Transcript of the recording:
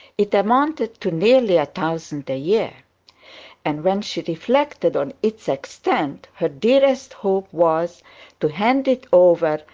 it amounted to nearly a thousand a year and when she reflected on its extent, her dearest hope was to hand it over,